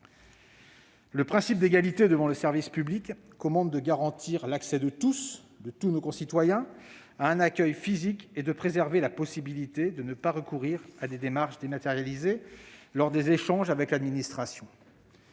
Le principe d'égalité devant le service public commande de garantir l'accès de tous nos concitoyens à un accueil physique et de préserver la possibilité de ne pas recourir à des démarches dématérialisées lors des échanges avec l'administration.